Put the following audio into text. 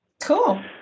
Cool